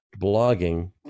blogging